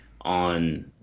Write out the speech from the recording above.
on